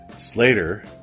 Slater